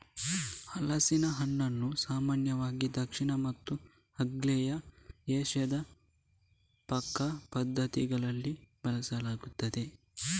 ಹಲಸಿನ ಹಣ್ಣನ್ನು ಸಾಮಾನ್ಯವಾಗಿ ದಕ್ಷಿಣ ಮತ್ತು ಆಗ್ನೇಯ ಏಷ್ಯಾದ ಪಾಕ ಪದ್ಧತಿಗಳಲ್ಲಿ ಬಳಸಲಾಗುತ್ತದೆ